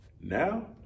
Now